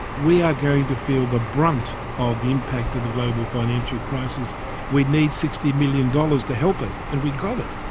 we are going to feel the brunt of the impact of the global financial crisis we need sixty million dollars to help us. and we got it.